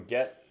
Get